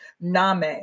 Name